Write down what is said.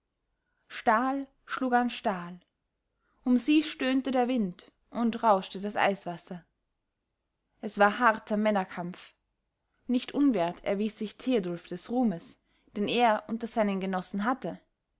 stahl schlug an stahl um sie stöhnte der wind und rauschte das eiswasser es war harter männerkampf nicht unwert erwies sich theodulf des ruhmes den er unter seinen genossen hatte